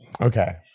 Okay